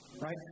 Right